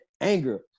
anger